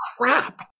crap